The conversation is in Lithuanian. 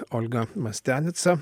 olga mastianica